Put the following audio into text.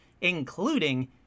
including